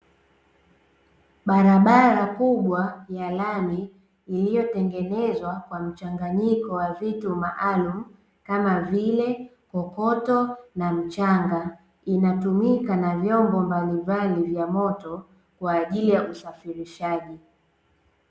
Barabara kubwa ya lami, iliyotengenezwa kwa mchanganyiko wa vitu maalumu kama vile kokoto na mchanga inatumika na vyombo mbalimbali vya moto kwa ajili ya usafirishaji.